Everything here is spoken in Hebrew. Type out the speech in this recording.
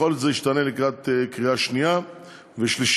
יכול להיות שזה ישתנה לקראת הקריאה השנייה והשלישית.